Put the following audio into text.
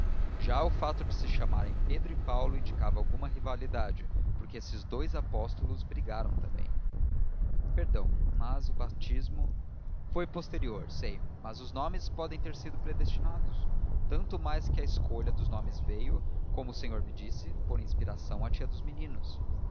já o fato de se chamarem pedro e paulo indicava alguma rivalidade porque esses dous apóstolos brigaram também perdão mas o batismo foi posterior sei mas os nomes podem ter sido predestinados tanto mais que a escolha dos nomes veio como o senhor me disse por inspiração à tia dos meninos